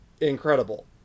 incredible